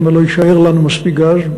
שמא לא יישאר לנו מספיק גז,